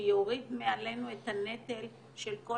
שיוריד מעלינו את הנטל של כל